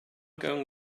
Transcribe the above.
going